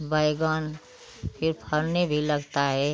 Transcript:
बैगन फिर फलने भी लगता है